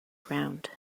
ground